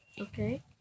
Okay